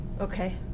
Okay